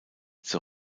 zur